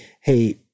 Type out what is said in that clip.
Hey